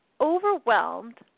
overwhelmed